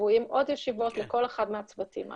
קבועות עוד ישיבות לכל אחד מהצוותים הללו.